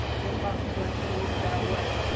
i mean talk to us more. about what?